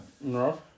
no